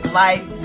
life